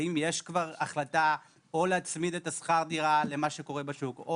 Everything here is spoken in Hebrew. אם יש כבר החלטה להצמיד את שכר הדירה למה שקורה בשוק,